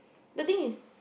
the thing is